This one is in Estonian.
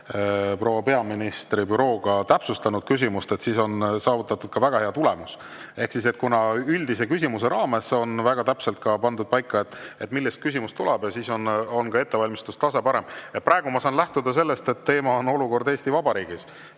proua peaministri bürooga täpsustanud oma küsimust, siis on saavutatud ka väga hea tulemus. Ehk siis, kui üldise küsimuse raames on väga täpselt pandud paika, mille kohta küsimus tuleb, siis on ka ettevalmistuse tase parem. Praegu ma saan lähtuda sellest, et teema on "Olukord Eesti Vabariigis",